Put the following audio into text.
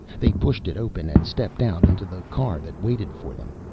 they pushed it open and stepped out into the car that waited for them.